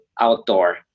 outdoor